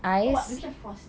oh dia macam frost